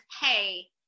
hey